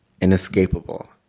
inescapable